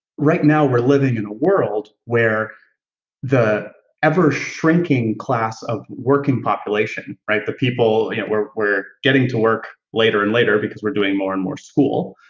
right now, we're living in a world where the ever-shrinking class of working population, right, the people, and we're we're getting to work later and later because we're doing more and more school,